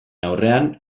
aurrean